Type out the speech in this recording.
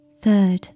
Third